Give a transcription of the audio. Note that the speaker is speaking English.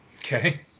Okay